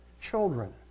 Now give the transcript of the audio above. children